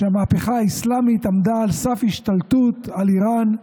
כשהמהפכה האסלאמית עמדה על סף השתלטות על איראן,